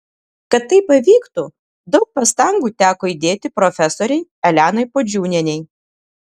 kad tai pavyktų daug pastangų teko įdėti profesorei elenai puodžiūnienei